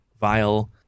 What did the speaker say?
Vile